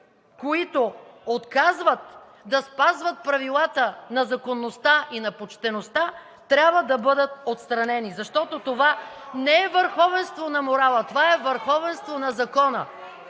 които отказват да спазват правилата на законността и на почтеността, трябва да бъдат отстранени, защото това не е върховенство на морала, това е върховенство на закона,